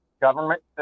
government